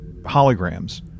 holograms